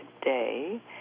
today